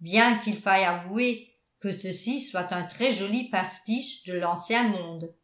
bien qu'il faille avouer que ceci soit un très joli pastiche de l'ancien monde